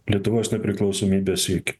lietuvos nepriklausomybės siekį